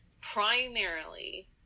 primarily